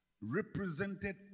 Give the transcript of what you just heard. represented